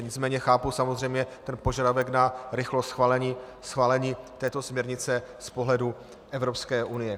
Nicméně chápu samozřejmě požadavek na rychlost schválení této směrnice z pohledu Evropské unie.